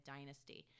Dynasty